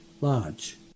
large